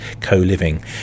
co-living